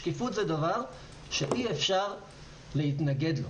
שקיפות זה דבר שאי אפשר להתנגד לו.